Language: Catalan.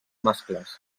mascles